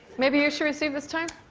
maybe you should receive this time?